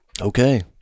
Okay